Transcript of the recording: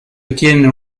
ottiene